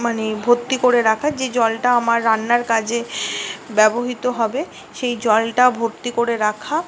মানে ভর্তি করে রাখা যে জলটা আমার রান্নার কাজে ব্যবহৃত হবে সেই জলটা ভর্তি করে রাখা